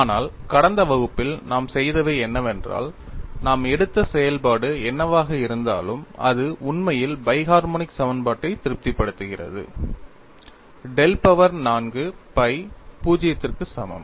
ஆனால் கடந்த வகுப்பில் நாம் செய்தவை என்னவென்றால் நாம் எடுத்த செயல்பாடு என்னவாக இருந்தாலும் அது உண்மையில் பை ஹார்மொனிக் சமன்பாட்டை திருப்திப்படுத்துகிறது del பவர் 4 phi 0 க்கு சமம்